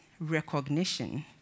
recognition